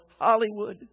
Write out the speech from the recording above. Hollywood